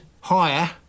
higher